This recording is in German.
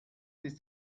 ist